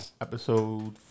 episode